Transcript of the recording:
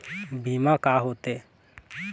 बीमा का होते?